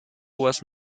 was